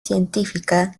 científica